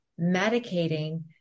medicating